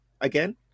again